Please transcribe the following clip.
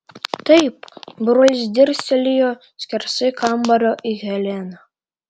taip brolis dirstelėjo skersai kambario į heleną